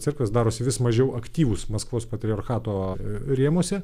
cirkas darosi vis mažiau aktyvus maskvos patriarchato rėmuose